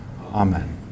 Amen